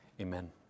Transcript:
amen